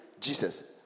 Jesus